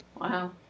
Wow